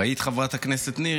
ראית, חברת הכנסת ניר?